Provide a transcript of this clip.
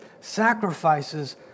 sacrifices